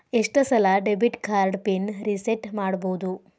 ಎಷ್ಟ ಸಲ debit card pin reset ಮಾಡಬೋದು